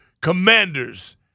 Commanders